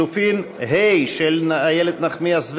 לחלופין ה', של איילת נחמיאס ורבין,